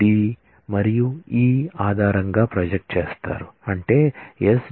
D మరియు E ఆధారంగా project చేస్తారు అంటే s